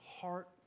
heart